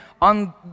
on